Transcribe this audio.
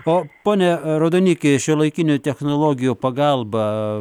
o pone raudoniki šiuolaikinių technologijų pagalba